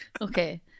okay